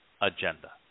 agenda